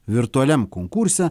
virtualiam konkurse